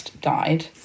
died